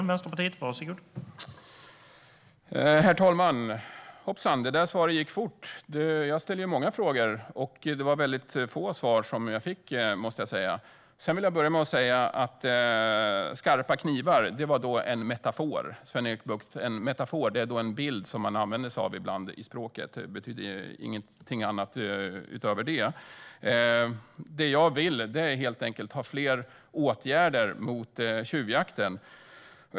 Herr talman! Hoppsan, det där svaret gick fort att lämna. Jag ställde ju många frågor, men jag fick väldigt få svar. Skarpa knivar var en metafor, Sven-Erik Bucht. En metafor är en bild som man använder sig av ibland i språket. Det betyder ingenting annat utöver det. Det jag vill är helt enkelt att det vidtas fler åtgärder mot tjuvjakten.